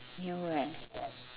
near where